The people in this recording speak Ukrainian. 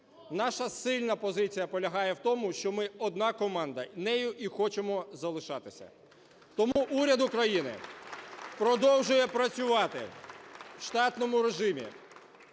Наша сильна позиція полягає в тому, що ми – одна команда, нею і хочемо залишатися. Тому уряд України продовжує працювати в штатному режимі